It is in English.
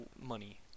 money